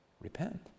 Repent